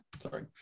Sorry